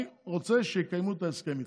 אני רוצה שיקיימו את ההסכם איתך.